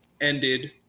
ended